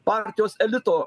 partijos elito